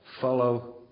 follow